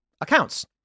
accounts